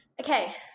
Okay